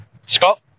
Scott